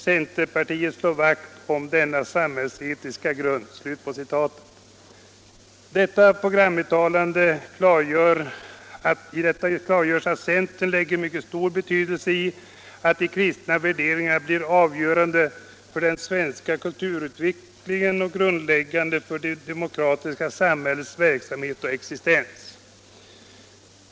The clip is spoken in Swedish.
Centerpartiet slår vakt om denna samhällsetiska grund.” I detta programuttalande klargörs att centern lägger stor betydelse vid att de kristna värderingarna blir avgörande för den svenska kulturutvecklingen och grundläggande för det demokratiska samhällets verksamhet och existens.